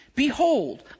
Behold